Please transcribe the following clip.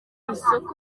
isoko